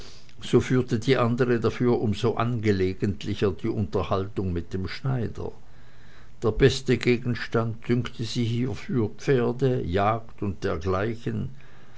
so führte die andere dafür um so angelegentlicher die unterhaltung mit dem schneider der beste gegenstand dünkte sie hiefür pferde jagd und dergleichen